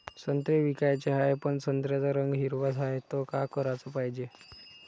संत्रे विकाचे हाये, पन संत्र्याचा रंग हिरवाच हाये, त का कराच पायजे?